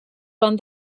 van